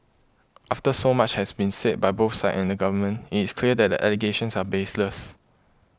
after so much has been said by both sides and the Government it's clear that the allegations are baseless